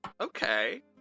Okay